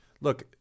Look